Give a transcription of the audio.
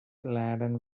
laden